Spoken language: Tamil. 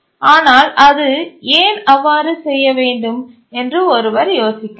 ஆனால் அது ஏன் அவ்வாறு செய்ய வேண்டும் என்று ஒருவர் யோசிக்கலாம்